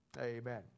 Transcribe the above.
Amen